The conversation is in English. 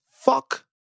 fuck